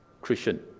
Christian